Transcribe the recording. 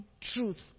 truth